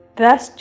Thus